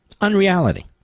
Unreality